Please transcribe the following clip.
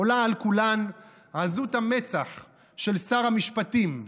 עולה על כולן עזות המצח של שר המשפטים,